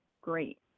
great